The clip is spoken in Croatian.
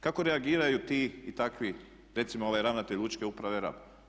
Kako reagiraju ti i takvi, recimo ovaj ravnatelj Lučke uprave Rab.